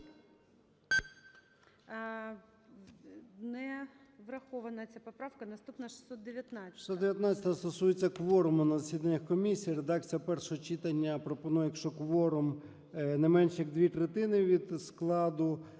Не врахована ця поправка. Наступна –